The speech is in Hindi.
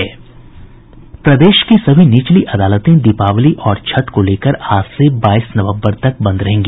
प्रदेश की सभी निचली अदालतें दीपावली और छठ को लेकर आज से बाईस नवंबर तक बंद रहेंगी